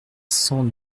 cent